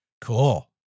Cool